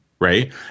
Right